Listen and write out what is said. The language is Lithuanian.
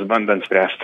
bandant spręst